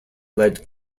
lead